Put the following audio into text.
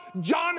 John